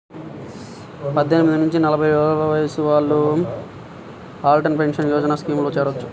పద్దెనిమిది నుంచి నలభై ఏళ్లలోపు వయసున్న వాళ్ళు అటల్ పెన్షన్ యోజన స్కీమ్లో చేరొచ్చు